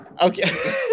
okay